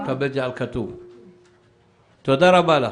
תודה רבה לך.